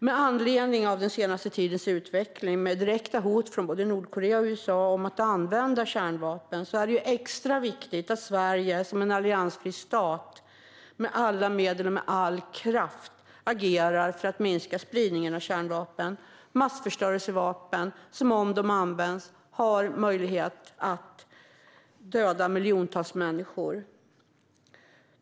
Med anledning av den senaste tidens utveckling med direkta hot från både Nordkorea och USA om att använda kärnvapen är det extra viktigt att Sverige som en alliansfri stat med alla medel och med all kraft agerar för att minska spridningen av kärnvapen - massförstörelsevapen som om de används har möjlighet att döda miljontals människor.